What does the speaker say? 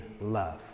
love